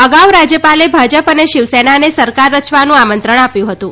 અગાઉ રાજ્યપાલે ભાજપ અને શિવસેનાને સરકાર રચવાનું આમંત્રણ આપ્યું હતું